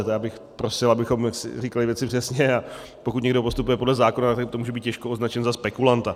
Tak bych prosil, abychom si říkali věci přesně, a pokud někdo postupuje podle zákona, tak může být těžko označen za spekulanta.